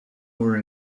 were